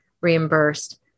reimbursed